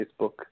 facebook